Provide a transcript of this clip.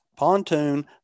pontoon